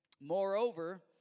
Moreover